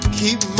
keep